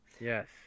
Yes